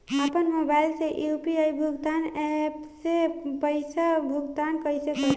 आपन मोबाइल से यू.पी.आई भुगतान ऐपसे पईसा भुगतान कइसे करि?